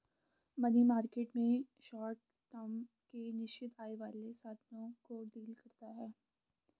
money market में short term के निश्चित आय वाले साधनों को डील करता है